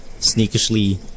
sneakishly